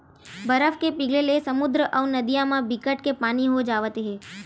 बरफ के पिघले ले समुद्दर अउ नदिया म बिकट के पानी हो जावत हे